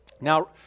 Now